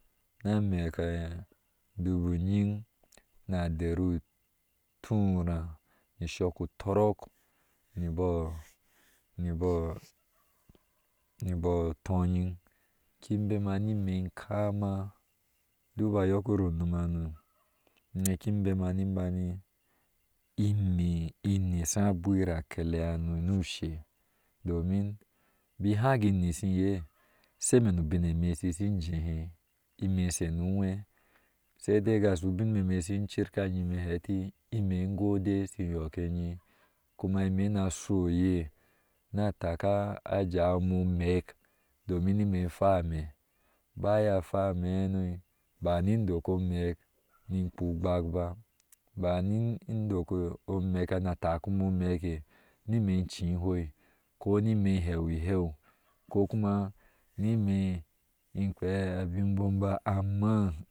Na mek o dubu nyiŋ na dari uturaa, nu ushɔɔk utɔɔrɔɔ niyo niyo niyo tɔɔnyin kin bema nin ime kama duk ba yok iro unom hano, ime kin bema nin bani ime in nyisha a ŋwira akele hano nu ushe domin in bahaki nyishi iye sheme nu ubin eme shi hashi jehe ime in shomu uŋwe saidai kashu ubineme shishi cirka anyime heti ingode shi yok eye, kuma ime ina shuu eye na taka jawi ime amek domin nime hwame baya a hwame hano ba ni dok omek ni kpuu ukpak baa bani indok omek nika taki hime omeke ni ime chii i hoe koni hime omeke ni ime chii kuma ni me heu eheu kokuma ni me in kpiia abinbom baa ama.